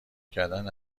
کردن